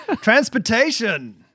Transportation